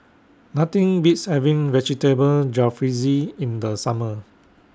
Nothing Beats having Vegetable Jalfrezi in The Summer